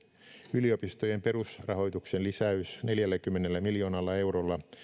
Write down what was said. yliopistojen perusrahoituksen lisäys neljälläkymmenellä miljoonalla eurolla